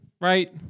Right